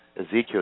Ezekiel